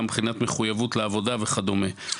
גם מבחינת מחוייבות לעבודה וכדומה.